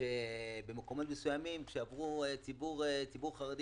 שבמקומות מסוימים כשעבר ציבור חרדי